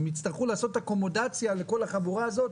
הם יצטרכו לעשות אקומודציה לכל החבורה הזאת,